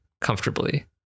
comfortably